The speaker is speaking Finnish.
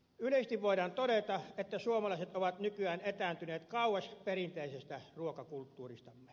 yleisesti voidaan todeta että suomalaiset ovat nykyään etääntyneet kauas perinteisestä ruokakulttuuristamme